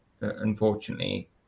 unfortunately